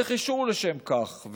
צריך אישור לשם כך,